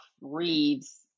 Reeves